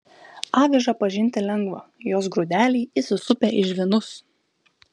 avižą pažinti lengva jos grūdeliai įsisupę į žvynus